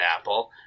apple